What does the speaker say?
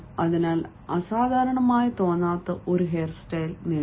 അതിനാൽ അസാധാരണമായി തോന്നാത്ത ഒരു ഹെയർ സ്റ്റൈൽ നേടുക